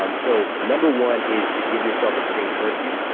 um so number one is to give yourself a screen curfew.